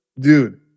Dude